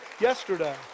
yesterday